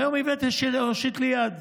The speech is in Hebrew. והיום איווט הושיט לי יד,